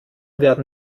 werden